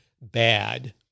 bad